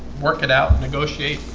we're get out negotiate